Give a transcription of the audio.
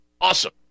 Awesome